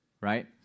right